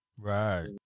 Right